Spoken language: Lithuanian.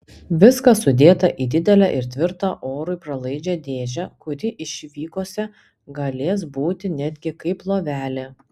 viskas sudėta į didelę ir tvirtą orui pralaidžią dėžę kuri išvykose galės būti netgi kaip lovelė